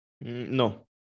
No